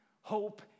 Hope